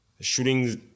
shootings